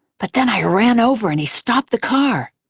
but then i ran over and he stopped the car.